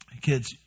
Kids